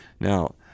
Now